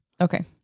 Okay